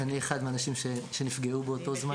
ואני אחד מהאנשים שנפגעו באותו זמן.